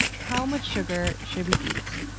howe much sugar should we eat?